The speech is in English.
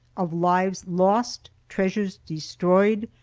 of lives lost, treasures destroyed,